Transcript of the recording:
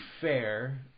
fair